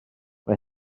mae